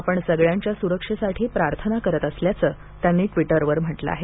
आपण सगळ्यांच्या सुरक्षेसाठी प्रार्थना करत असल्याचं त्यांनी ट्विटरवर म्हटलं आहे